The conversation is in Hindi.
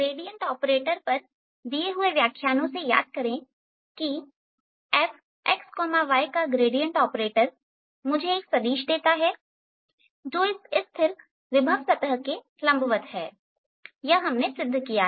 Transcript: ग्रेडियंट ऑपरेटर पर व्याख्यानो से याद करें की f का ग्रेडियंट ऑपरेटर मुझे एक सदिश देता है जो इस स्थिर विभव सतह के लंबवत है यह हमने सिद्ध किया